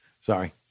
sorry